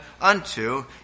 unto